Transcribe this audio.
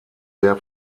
sehr